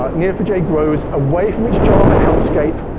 um yeah four j grows away from its java hell scape,